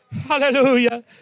Hallelujah